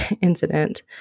incident